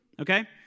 Okay